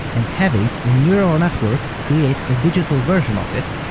and having a neural network create a digital version of it,